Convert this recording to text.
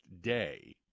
Day